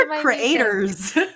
creators